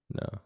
No